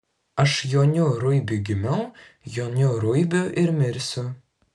aš joniu ruibiu gimiau joniu ruibiu ir mirsiu